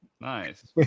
Nice